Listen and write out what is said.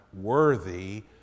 worthy